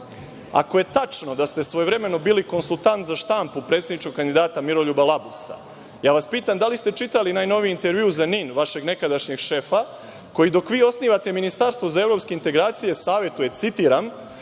Ako je tačno da ste svojevremeno bili konsultant za štampu predsedničkog kandidata Miroljuba Labusa, pitam vas - da li ste čitali najnoviji intervju za „NIN“ vašeg nekadašnjeg šefa koji dok vi osnivate ministarstvo za evropske integracije savetuje, citiram